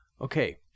Okay